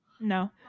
no